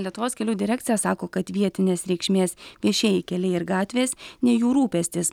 lietuvos kelių direkcija sako kad vietinės reikšmės viešieji keliai ir gatvės ne jų rūpestis